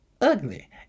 ugly